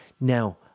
Now